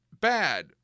Bad